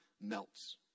melts